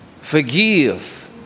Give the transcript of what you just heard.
Forgive